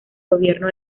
gobierno